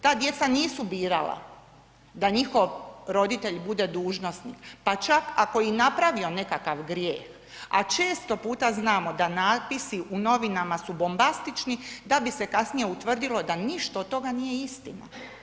Ta djeca nisu birala da njihov roditelj bude dužnosnik, pa čak ako i napravio nekakav grijeh, a često puta znamo da natpisi u novinama su bombastični da bi se kasnije utvrdilo da ništa od toga nije istina.